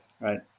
right